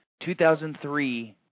2003